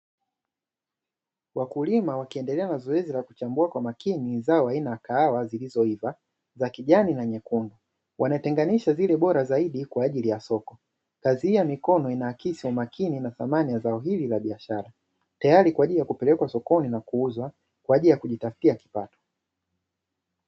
Wakulima wakiendelea na zoezi la kuchambua kwa makini zao la aina ya kahawa zilizoiva za kijani na nyekundu, wanatenganisha zile bora zaidi kwa ajili ya soko. Kazi hii ya mikono inaakisi umakini na thamani ya zao hili la biashara tayari kwa ajili ya kupelekwa sokoni na kuuzwa kwa ajili ya kujitafutia kipato.